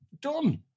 Done